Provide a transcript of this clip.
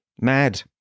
Mad